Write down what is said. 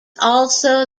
also